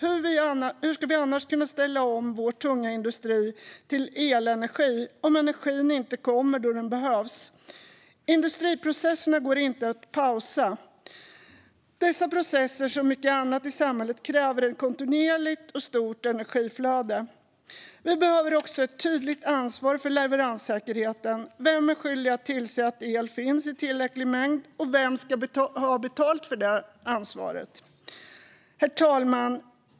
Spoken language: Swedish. Hur ska vi annars kunna ställa om vår tunga industri till elenergi om energin inte kommer då den behövs? Industriprocesserna går inte att pausa. Dessa processer kräver, som så mycket annat i samhället, ett kontinuerligt och stort energiflöde. Vi behöver också ett tydligt ansvar för leveranssäkerheten. Vem är skyldig att tillse att el finns i tillräcklig mängd, och vem ska ha betalt för det ansvaret? Herr talman!